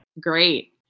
great